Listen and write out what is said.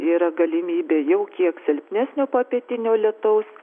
yra galimybė jau kiek silpnesnio popietinio lietaus